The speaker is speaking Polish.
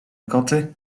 koty